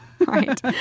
Right